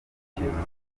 y’umukino